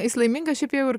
jis laimingas šiaip jau ir